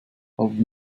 haben